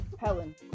helen